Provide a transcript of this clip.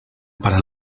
para